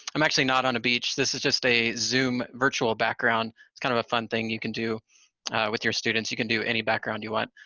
i'm actually not on a beach. this is just a zoom virtual background. it's kind of a fun thing you can do with your students. you can do any background you want.